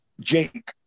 jake